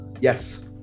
Yes